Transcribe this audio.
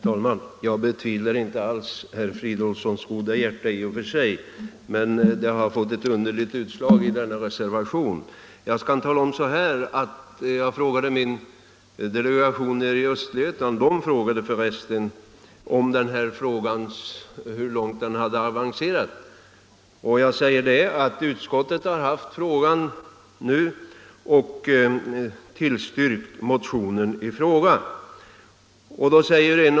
Herr talman! Jag betvivlar inte alls herr Fridolfssons goda hjärta i och för sig, men det har fått ett underligt uttryck i denna reservation. I min delegation nere i Östergötland ville man veta hur långt den här frågan hade avancerat. Jag svarade att utskottet nu har haft frågan till behandling och att utskottsmajoriteten tillstyrker motionen.